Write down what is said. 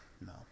No